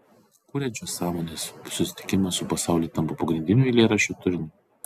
kuriančios sąmonės susitikimas su pasauliu tampa pagrindiniu eilėraščių turiniu